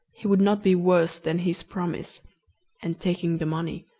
he would not be worse than his promise and, taking the money,